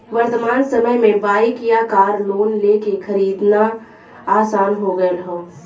वर्तमान समय में बाइक या कार लोन लेके खरीदना आसान हो गयल हौ